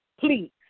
Please